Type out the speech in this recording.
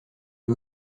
eux